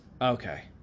Okay